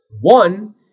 One